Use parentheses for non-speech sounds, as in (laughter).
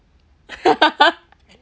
(laughs)